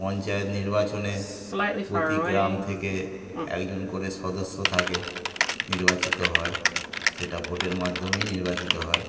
পঞ্চায়েত নির্বাচনে প্রতি গ্রাম থেকে একজন করে সদস্য থাকে নির্বাচিত হয় সেটা ভোটের মাধ্যমেই নির্বাচিত হয়